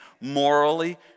morally